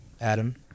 Adam